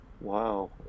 Wow